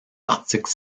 articles